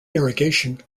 irrigation